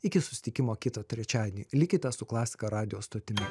iki susitikimo kitą trečiadienį likite su klasika radijo stotimi